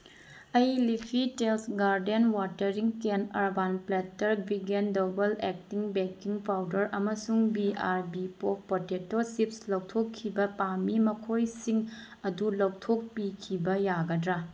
ꯑꯩ life tales garden watering can urban platter vegan double acting baking powder ꯑꯃꯁꯨꯡ B R B potato chips ꯂꯧꯊꯣꯛꯈꯤꯕ ꯄꯥꯝꯏ ꯃꯈꯣꯏꯁꯤꯡ ꯑꯗꯨ ꯂꯧꯊꯣꯛꯄꯤꯈꯤꯕ ꯌꯥꯥꯒꯗ꯭ꯔꯥ